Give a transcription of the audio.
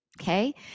Okay